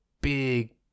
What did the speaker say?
big